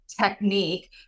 technique